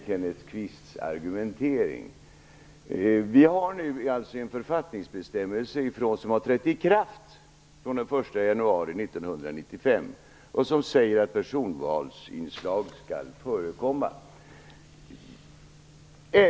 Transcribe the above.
Herr talman! Jag måste säga att jag har mycket svårt att hänga med i Kenneth Kvists argumentering. Den 1 januari 1995 trädde en författningsbestämmelse som säger att personvalsinslag skall förekomma i kraft.